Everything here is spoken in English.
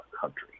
country